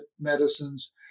medicines